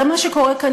הרי מה שקורה כאן,